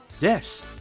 Yes